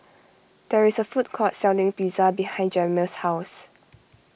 there is a food court selling pizza behind Jamil's house